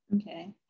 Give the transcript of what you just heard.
Okay